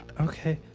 okay